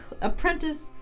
apprentice